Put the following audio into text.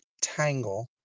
tangle